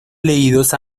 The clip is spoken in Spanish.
leídos